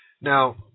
Now